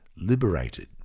liberated